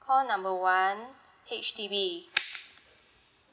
call number one H_D_B